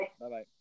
Bye-bye